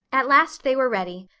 at last they were ready,